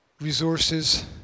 Resources